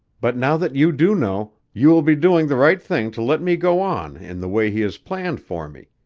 but now that you do know, you will be doing the right thing to let me go on in the way he has planned for me.